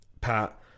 Pat